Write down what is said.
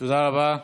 תודה רבה.